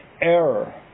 Error